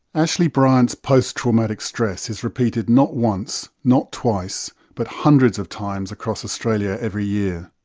ashley bryant's post traumatic stress is repeated not once, not twice, but hundreds of times across australia every year.